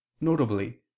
notably